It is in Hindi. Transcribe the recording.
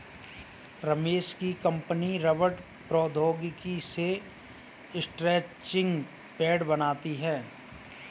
रमेश की कंपनी रबड़ प्रौद्योगिकी से स्ट्रैचिंग बैंड बनाती है